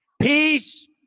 peace